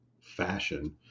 fashion